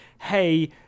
hey